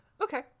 okay